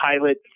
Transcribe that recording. pilot